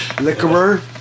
Liquor